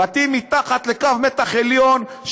בתים מתחת לקו מתח עליון,